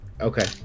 Okay